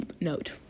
note